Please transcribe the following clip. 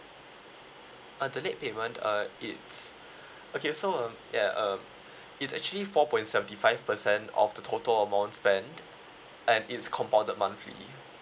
uh the late payment uh it's okay so um ya um it's actually four points seventy five percent of the total amount spent and it's compounded monthly